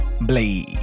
Blade